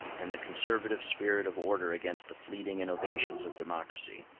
and the conservative spirit of order against the fleeting innovations of democracy.